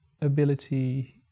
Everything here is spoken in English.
ability